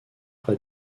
près